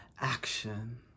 action